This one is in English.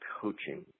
coaching